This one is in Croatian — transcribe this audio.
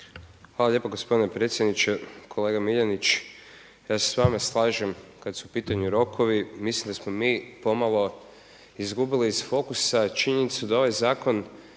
Hvala lijepo gospodine predsjedniče. Kolega Miljenić, ja se s vama slažem kada su u pitanju rokovi, mislim da smo mi pomalo izgubili iz fokusa činjenicu da ovaj zakon